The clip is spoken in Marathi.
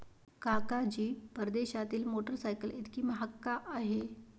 काका जी, परदेशातील मोटरसायकल इतकी महाग का आहे?